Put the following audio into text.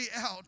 out